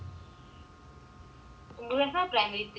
oh no it is not primary three